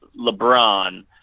LeBron